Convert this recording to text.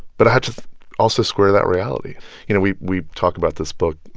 but i had to also square that reality you know, we we talk about this book,